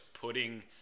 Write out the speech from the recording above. putting